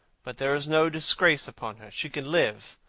but there is no disgrace upon her. she can live,